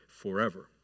forever